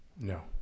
No